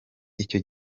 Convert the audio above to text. icyo